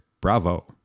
bravo